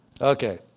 Okay